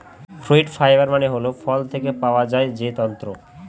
fruit fibre মানে হল ফল থেকে পাওয়া যায় যে তন্তু